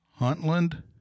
Huntland